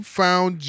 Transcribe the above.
found